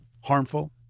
harmful